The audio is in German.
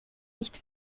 nicht